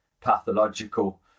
pathological